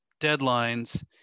deadlines